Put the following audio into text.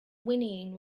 whinnying